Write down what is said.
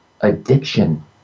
addiction